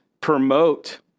promote